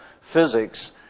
physics